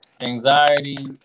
anxiety